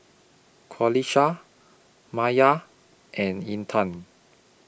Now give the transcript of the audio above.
Qalisha Maya and Intan